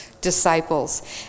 disciples